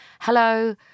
hello